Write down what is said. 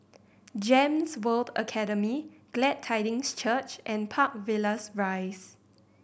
GEMS World Academy Glad Tidings Church and Park Villas Rise